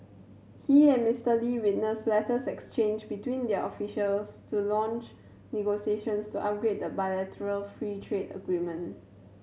he and Mister Lee witnessed letters exchanged between their officials to launch negotiations to upgrade the bilateral free trade agreement